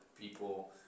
people